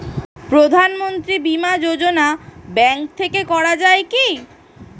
প্রধানমন্ত্রী বিমা যোজনা ব্যাংক থেকে করা যায় কি?